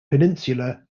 peninsula